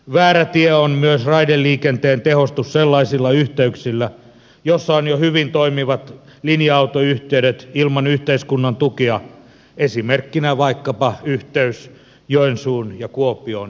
väärä tie on myös raideliikenteen tehostus sellaisilla yhteyksillä joilla on jo hyvin toimivat linja autoyhteydet ilman yhteiskunnan tukea esimerkkinä vaikkapa yhteys joensuun ja kuopion välillä